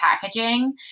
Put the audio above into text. packaging